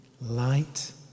light